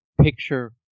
picture